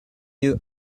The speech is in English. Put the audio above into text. new